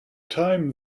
time